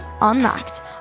unlocked